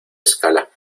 escala